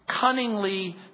Cunningly